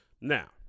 Now